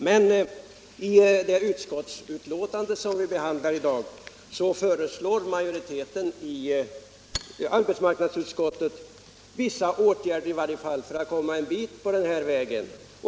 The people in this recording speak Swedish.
Men i det utskottsbetänkande som vi nu behandlar föreslår majoriteten i arbetsmarknadsutskottet vissa åtgärder i varje fall för att komma en bit på vägen.